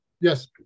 Yes